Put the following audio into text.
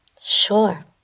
Sure